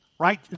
right